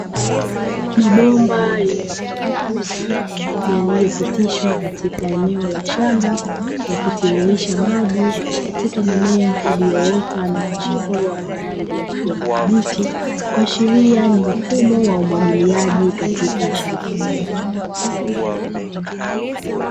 Mabomba yenye rangi nyeusi yaliyopitishwa katika eneo la shamba, yakitiririsha maji katika mimea iliyoota na kuchipua kwa rangi ya kijani kibichi, kuashiria ni mfumo wa umwagiliaji katika shamba hilo.